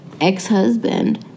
ex-husband